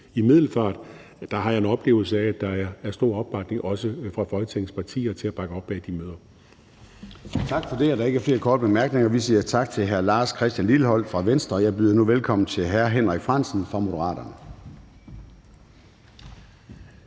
i Middelfart, er, at der er stor opbakning også fra Folketingets partier til at bakke op om de møder.